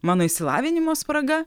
mano išsilavinimo spraga